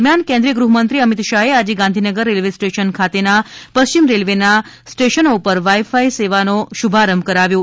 દરમ્યાન કેન્દ્રીય ગૃહમંત્રી અમિત શાહે આજે ગાંધીનગર રેલ્વે સ્ટેશન ખાતેના પશ્ચિમ રેલ્વેના આ સ્ટેશનો ઉપર વાઇ ફાઇ સેવાના શુભારંભ કર્યો છે